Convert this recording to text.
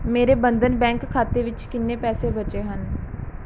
ਮੇਰੇ ਬੰਧਨ ਬੈਂਕ ਖਾਤੇ ਵਿੱਚ ਕਿੰਨੇ ਪੈਸੇ ਬਚੇ ਹਨ